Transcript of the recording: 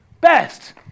best